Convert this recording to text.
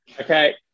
Okay